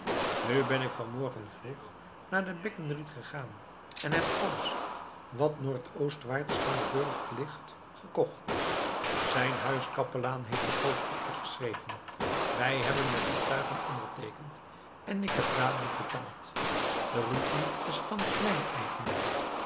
nu ben ik vanmorgen vroeg naar den beckenried gegaan en heb alles wat noordoostwaarts van den burcht ligt gekocht zijn huis kapelaan heeft de koop acte geschreven wij hebben met getuigen onderteekend en ik heb dadelijk betaald de rütli is thans mijn eigendom